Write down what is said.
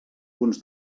punts